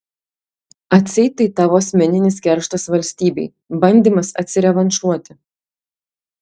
atseit tai tavo asmeninis kerštas valstybei bandymas atsirevanšuoti